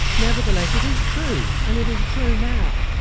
nevertheless it is true and it is true now,